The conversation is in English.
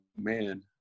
Man